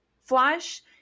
flush